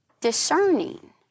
discerning